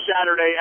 Saturday